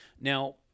Now